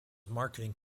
marketing